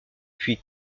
puis